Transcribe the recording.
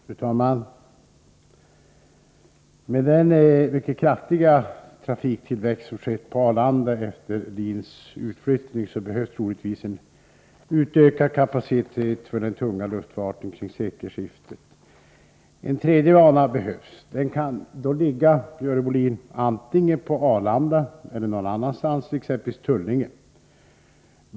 Fru talman! Med den mycket kraftiga trafiktillväxt som har skett på Arlanda efter Linjeflygs utflyttning behövs troligtvis en utökad kapacitet för den tunga luftfarten kring sekelskiftet. En tredje bana behövs. Den kan då ligga, Görel Bohlin, antingen på Arlanda eller någon annanstans, exempelvis i Tullinge.